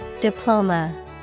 Diploma